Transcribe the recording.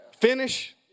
finish